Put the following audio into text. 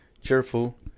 cheerful